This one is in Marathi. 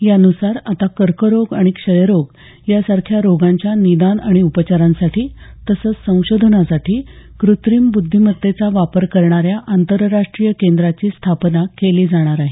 यान्सार आता कर्करोग आणि क्षयरोग यासारख्या रोगांच्या निदान आणि उपचारांसाठी तसंच संशोधनासाठी कृत्रिम बुद्धिमत्तेचा वापर करणाऱ्या आंतरराष्ट्रीय केंद्राची स्थापना केली जाणार आहे